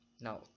Now